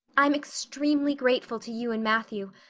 i'm extremely grateful to you and matthew.